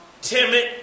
timid